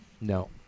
No